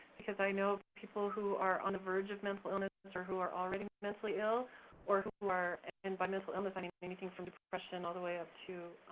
because i know people who are on the verge of mental illness or who are already mentally ill or who are, and by mental illness i mean anything from depression all the way up to